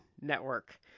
Network